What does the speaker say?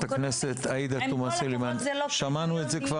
חברת הכנסת עאידה תומא סלימאן, כבר שמענו את זה.